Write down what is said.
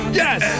yes